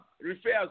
refers